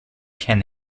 can